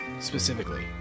specifically